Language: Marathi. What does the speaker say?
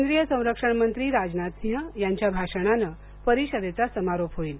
केंद्रीय संरक्षण मंत्री राजनाथ सिंग यांच्या भाषणानं परिषदेचा समारोप होईल